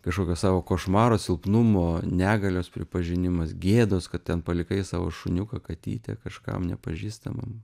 kažkokio savo košmaro silpnumo negalios pripažinimas gėdos kad ten palikai savo šuniuką katytę kažkam nepažįstamam